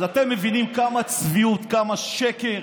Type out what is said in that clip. אז אתם מבינים כמה צביעות, כמה שקר.